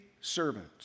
servant